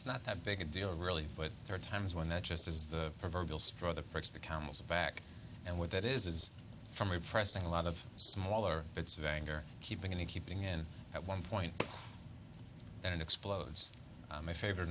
it's not that big a deal really but there are times when that just is the proverbial straw the first the camel's back and what that is is from repressing a lot of smaller bits of anger keeping in to keeping in at one point then it explodes my favorite